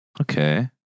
Okay